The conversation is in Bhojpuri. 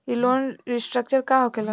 ई लोन रीस्ट्रक्चर का होखे ला?